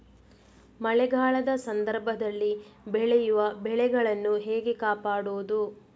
ಮಳೆಗಾಲದ ಸಂದರ್ಭದಲ್ಲಿ ಬೆಳೆಯುವ ಬೆಳೆಗಳನ್ನು ಹೇಗೆ ಕಾಪಾಡೋದು?